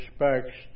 respects